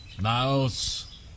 Mouse